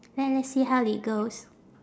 l~ let's see how it goes